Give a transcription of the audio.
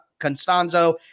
Constanzo